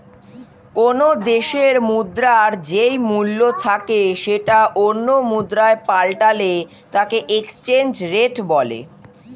কোনো দেশের মুদ্রার যেই মূল্য থাকে সেটা অন্য মুদ্রায় পাল্টালে তাকে এক্সচেঞ্জ রেট বলে